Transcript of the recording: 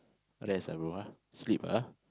rest ah bro ah sleep ah